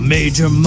Major